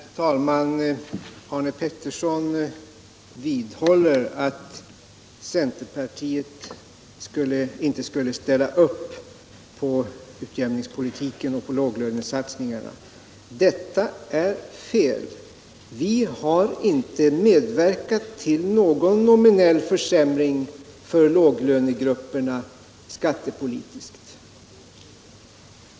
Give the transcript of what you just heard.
Herr talman! Arne Pettersson vidhåller att centerpartiet inte skulle ställa upp på utjämningspolitiken och låglönesatsningarna. Detta är fel! Vi har inte medverkat till någon nominell försämring för låglönegrupperna skattepolitiskt.